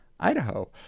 Idaho